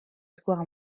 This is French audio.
square